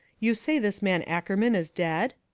you say this man ackerman is dead?